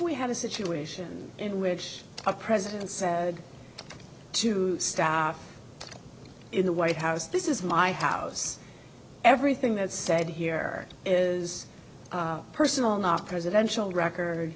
we had a situation in which a president said to stop in the white house this is my house everything that's said here is personal not presidential record